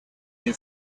new